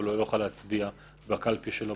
אבל הוא לא יוכל להצביע בקלפי שלו.